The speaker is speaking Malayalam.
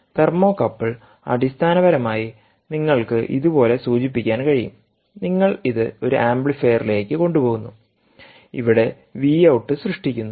തെർമോകപ്പിൾ അടിസ്ഥാനപരമായി നിങ്ങൾക്ക് ഇതുപോലെ സൂചിപ്പിക്കാൻ കഴിയും നിങ്ങൾ ഇത് ഒരു ആംപ്ലിഫയറിലേക്ക്കൊണ്ടുപോകുന്നു ഇവിടെ വി ഔട്ട് സൃഷ്ടിക്കുന്നു